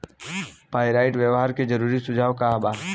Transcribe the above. Pyrite व्यवहार के जरूरी सुझाव का वा?